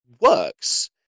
works